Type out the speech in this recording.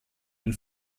den